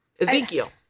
Ezekiel